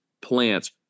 plants